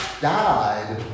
died